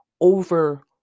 over